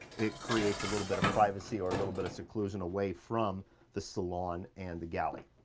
it creates a little bit of privacy or a little bit of seclusion away from the salon and the galley.